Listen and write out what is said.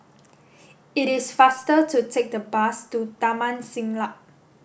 it is faster to take the bus to Taman Siglap